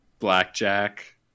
Blackjack